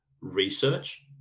research